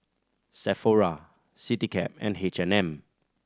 Sephora Citycab and H and M